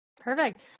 Perfect